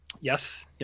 Yes